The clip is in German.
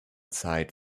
zeit